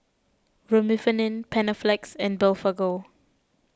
Remifemin Panaflex and Blephagel